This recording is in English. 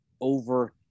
over